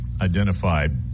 identified